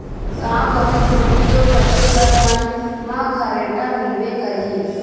गाँव गंवई कोती तो सबे घर मन म खरेटा मिलबे करही